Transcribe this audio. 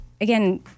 again